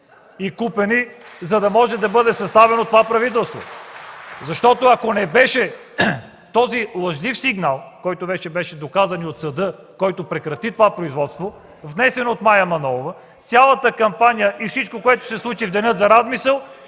и купени, за да може да бъде съставено това правителство. (Ръкопляскания от ГЕРБ.) Ако не беше този лъжлив сигнал, който вече беше доказан и от съда, който прекрати това производство, внесен от Мая Манолова, цялата кампания и всичко, което се случи в деня за размисъл,